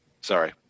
Sorry